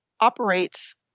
operates